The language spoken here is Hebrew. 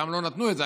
פעם לא נתנו את זה.